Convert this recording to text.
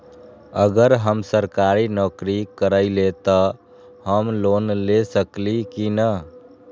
अगर हम सरकारी नौकरी करईले त हम लोन ले सकेली की न?